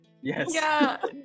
Yes